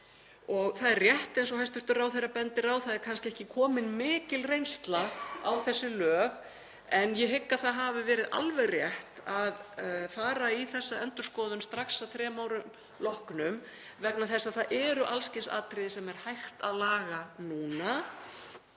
há. Það er rétt eins og hæstv. ráðherra bendir á að það er kannski ekki komin mikil reynsla á þessi lög en ég hygg að það hafi verið alveg rétt að fara í þessa endurskoðun strax að þremur árum loknum vegna þess að það eru alls kyns atriði sem er hægt að laga núna